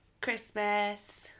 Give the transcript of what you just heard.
Christmas